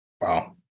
wow